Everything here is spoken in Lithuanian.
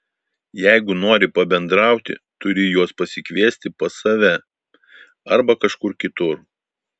jeigu nori pabendrauti turi juos pasikviesti pas save arba kažkur kitur